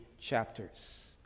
chapters